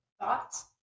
thoughts